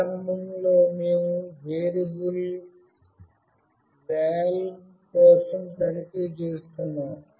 ప్రారంభంలో మేము వేరియబుల్ "వాల్""val" కోసం తనిఖీ చేస్తున్నాము